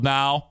now